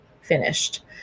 finished